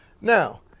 Now